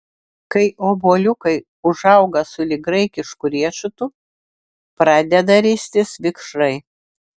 kai obuoliukai užauga sulig graikišku riešutu pradeda ristis vikšrai